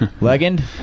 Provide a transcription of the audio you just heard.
Legend